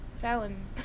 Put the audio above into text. Fallon